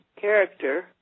character